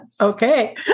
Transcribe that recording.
Okay